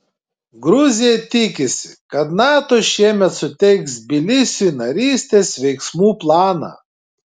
gruzija tikisi kad nato šiemet suteiks tbilisiui narystės veiksmų planą